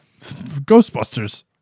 Ghostbusters